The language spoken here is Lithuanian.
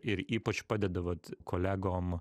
ir ypač padeda vat kolegom